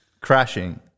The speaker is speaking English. Crashing